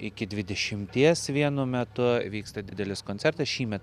iki dvidešimies vienu metu vyksta didelis koncertas šįmet